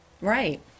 Right